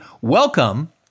welcome